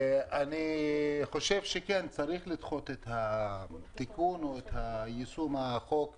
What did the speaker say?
אני חשוב שצריך לדחות את התיקון או את יישום החוק בשנה,